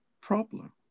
problem